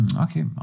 Okay